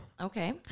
Okay